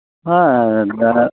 ᱦᱮᱸ